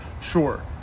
sure